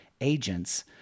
agents